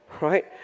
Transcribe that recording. right